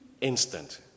instant